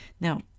Now